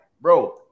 bro